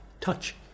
touch